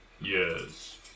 Yes